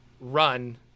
run